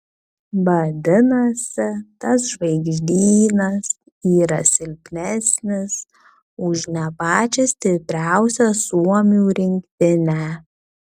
vadinasi tas žvaigždynas yra silpnesnis už ne pačią stipriausią suomių rinktinę